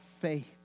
faith